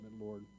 Lord